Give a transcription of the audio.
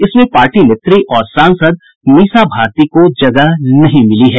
इसमें पार्टी नेत्री और सांसद मीसा भारती को जगह नहीं मिली है